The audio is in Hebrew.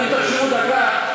אם תחשבו דקה,